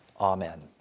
Amen